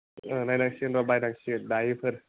नायनांसिगोन र बायनांसिगोन दायोफोर